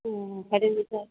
ಹ್ಞೂ ಅಡ್ದಿಲ್ಲ ಸರ್